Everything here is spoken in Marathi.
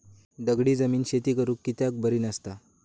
दगडी जमीन शेती करुक कित्याक बरी नसता?